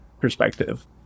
perspective